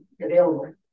available